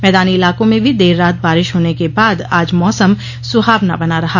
मैदानी इलाकों में भी देर रात बारिश होने के बाद आज मौसम सुहावना बना रहा